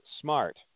smart